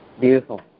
Beautiful